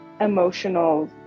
emotional